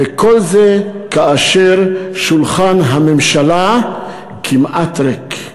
וכל זה כאשר שולחן הממשלה כמעט ריק.